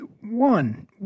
one